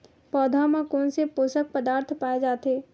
पौधा मा कोन से पोषक पदार्थ पाए जाथे?